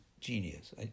genius